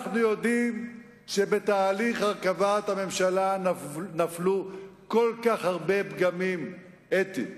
כשאנחנו יודעים שבתהליך הרכבת הממשלה נפלו כל כך הרבה פגמים אתיים,